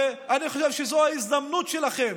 אני חושב שזאת ההזדמנות שלכם,